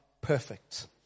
perfect